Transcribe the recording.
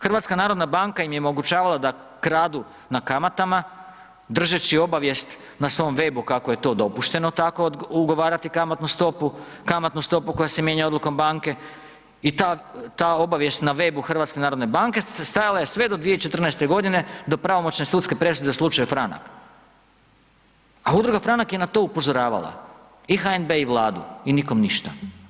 HNB im je omogućavala da kradu na kamatama držeći obavijest na svom webu kako je to dopušteno tako ugovarati kamatnu stopu, kamatnu stopu koja se mijenja odlukom banke i ta obavijest na webu HNB-a stajala je sve do 2014. godine do pravomoćne sudske presude za slučaj Franak, a Udruga Franak je na to upozoravala i HNB i Vladu i nikom ništa.